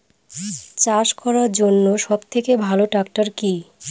চাষ করার জন্য সবথেকে ভালো ট্র্যাক্টর কি?